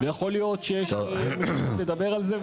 ויכול להיות שיש לנו הזדמנות לדבר על זה,